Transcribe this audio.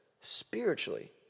spiritually